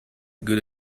good